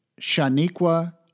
Shaniqua